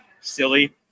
silly